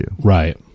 Right